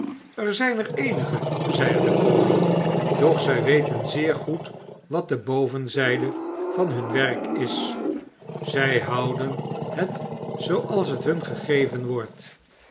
er zgn er eenige zeide de koning doch zg weten zeer goed wat de bovenzgde van hun werk is zij houden het zooals het bun gegeven wordt